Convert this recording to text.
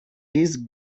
these